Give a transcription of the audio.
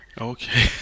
okay